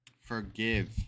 forgive